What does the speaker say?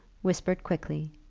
whispered quickly,